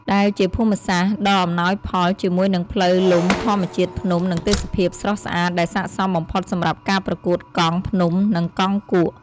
ដែលជាភូមិសាស្ត្រដ៏អំណោយផលជាមួយនឹងផ្លូវលំធម្មជាតិ ភ្នំ និងទេសភាពស្រស់ស្អាត ដែលស័ក្តិសមបំផុតសម្រាប់ការប្រកួតកង់ភ្នំ និងកង់គួក។